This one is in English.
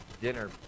dinner